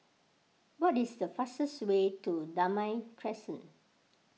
what is the fastest way to Damai Crescent